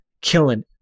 killing